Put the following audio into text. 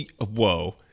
Whoa